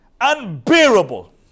Unbearable